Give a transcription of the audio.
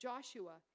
Joshua